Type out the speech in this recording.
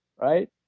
right